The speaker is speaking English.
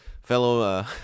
fellow